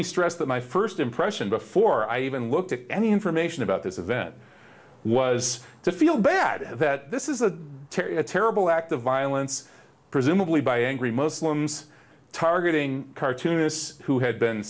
me stress that my first impression before i even looked at any information about this event was to feel bad that this is a terrible act of violence presumably by angry muslims targeting cartoonists who had been